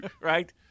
Right